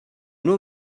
know